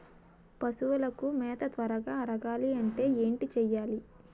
పశువులకు మేత త్వరగా అరగాలి అంటే ఏంటి చేయాలి?